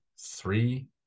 three